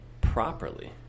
properly